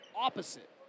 opposite